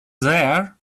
there